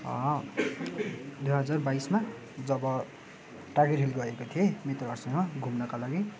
दुई हजार बाइसमा जब टाइगर हिल गएको थिएँ मित्रहरूसँग घुम्नका लागि